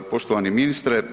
Poštovani ministre.